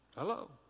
Hello